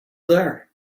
there